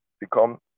become